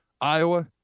Iowa